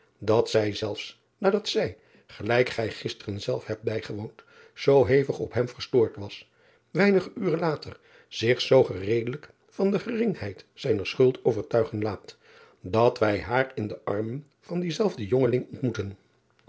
dat zij zelfs nadat zij gelijk gij gisteren zelf hebt bijgewoond zoo hevig op hem verstoord was weinige uren later zich zoo gereedelijk van de geringheid zijner schuld overtuigen laat dat wij haar in de armen van dienzelfden jongeling ontmoeten